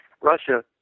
Russia